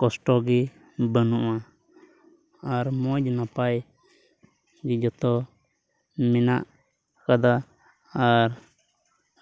ᱠᱚᱥᱴᱚ ᱜᱮ ᱵᱟᱹᱱᱩᱜᱼᱟ ᱟᱨ ᱢᱚᱡᱽ ᱱᱟᱯᱟᱭ ᱜᱮ ᱡᱚᱛᱚ ᱢᱮᱱᱟᱜ ᱠᱟᱫᱟ ᱟᱨ